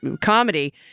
comedy